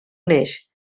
uneix